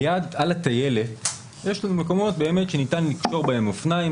על הטיילת יש לנו מקומות שניתן לקשור בהם את האופניים,